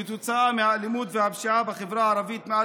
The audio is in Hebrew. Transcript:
כתוצאה מהאלימות והפשיעה בחברה הערבית מאז